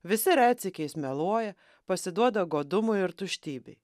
visi retsykiais meluoja pasiduoda godumui ir tuštybei